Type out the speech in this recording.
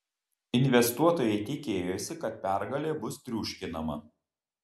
investuotojai tikėjosi kad pergalė bus triuškinama